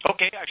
Okay